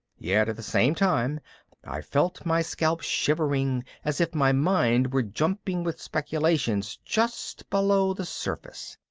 yet at the same time i felt my scalp shivering as if my mind were jumping with speculations just below the surface.